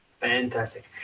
Fantastic